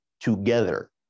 together